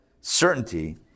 certainty